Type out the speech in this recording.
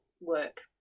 work